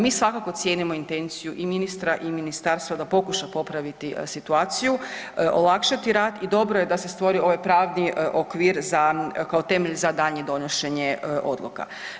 Mi svakako cijenimo intenciju i ministra i ministarstva da pokuša popraviti situaciju, olakšati rad i dobro je da se stvorio ovaj pravni okvir za, kao temelj za daljnje donošenje odluka.